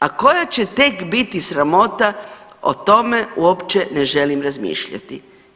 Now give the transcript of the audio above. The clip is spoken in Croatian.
A koja će tek biti sramota o tome uopće ne želim razmišljati.